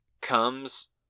comes